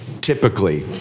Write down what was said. Typically